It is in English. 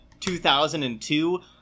2002